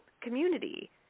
community